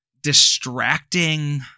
distracting